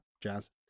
jazz